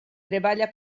treballa